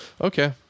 Okay